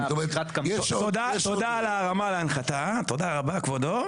תודה על ההרמה להנחתה, תודה רבה כבודו.